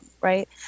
Right